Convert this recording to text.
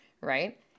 right